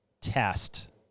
test